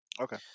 okay